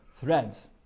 threads